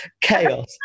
chaos